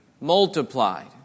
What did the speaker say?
multiplied